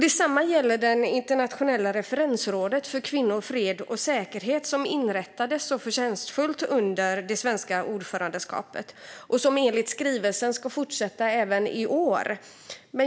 Detsamma gäller det internationella referensrådet för kvinnor, fred och säkerhet, som så förtjänstfullt inrättades under det svenska ordförandeskapet och som enligt skrivelsen ska fortsätta även i år.